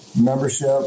membership